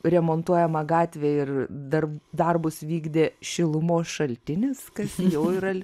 remontuojama gatvė ir dar darbus vykdė šilumos šaltinis kas jau yra